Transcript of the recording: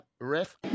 ref